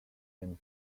seems